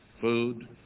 food